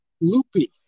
Loopy